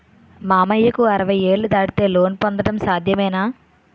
మామయ్యకు అరవై ఏళ్లు దాటితే లోన్ పొందడం సాధ్యమేనా?